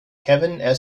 kevin